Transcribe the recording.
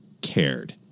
cared